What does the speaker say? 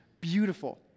beautiful